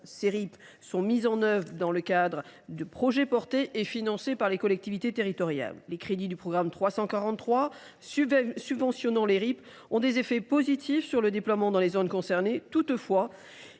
Ces RIP sont mis en œuvre dans le cadre de projets portés et financés par les collectivités territoriales. Les crédits du programme 343 subventionnant les RIP ont des effets positifs sur le déploiement dans les zones concernées. Toutefois,